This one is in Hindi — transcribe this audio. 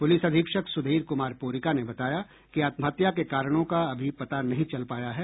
पुलिस अधीक्षक सुधीर कुमार पोरिका ने बताया कि आत्महत्या के कारणों का अभी पता नहीं चल पाया है